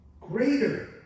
Greater